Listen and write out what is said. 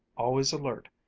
always alert,